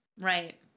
Right